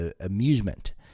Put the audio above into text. amusement